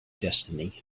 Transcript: destiny